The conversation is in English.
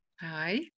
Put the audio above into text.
Hi